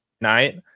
night